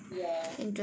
ya